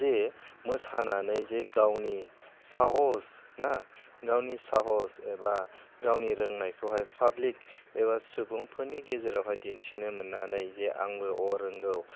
जे मोसानानै जे गावनि साहस ना गावनि साहस एबा गावनि रोंनायखौहाय पाब्लिक एबा सुबुंफोरनि गेजेरावहाय दिन्थिनो मोननानै जे आंबो अ रोंगौ